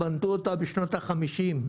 בנו אותה בשנות ה-50.